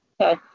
Okay